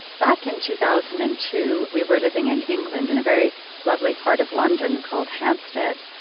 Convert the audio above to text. back in two thousand and two we were living in england in a very lovely part of london called hampstead,